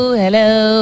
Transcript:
hello